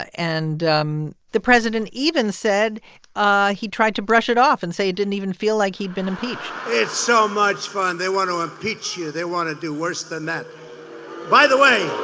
and um the president even said ah he tried to brush it off and say it didn't even feel like he'd been impeached it's so much fun. they want to impeach you. they want to do worse than that by the way,